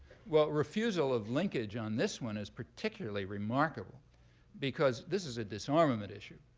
well, refusal of linkage on this one is particularly remarkable because this is a disarmament issue.